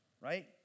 Right